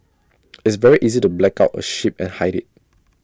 it's very easy to black out A ship and hide IT